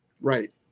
Right